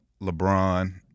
LeBron